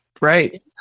right